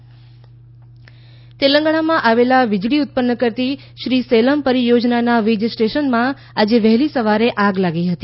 તેલંગણા આગ તેલંગણામાં આવેલા વિજળી ઉત્પન્ન કરતી શ્રી સેલમ પરિયોજનાનાં વિજ સ્ટેશનમાં આજે વહેલી સવારે આગ લાગી હતી